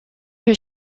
her